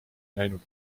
näinud